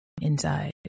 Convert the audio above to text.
inside